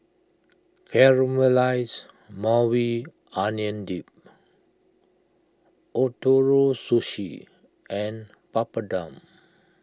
Caramelized Maui Onion Dip Ootoro Sushi and Papadum